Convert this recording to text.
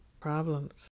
Problems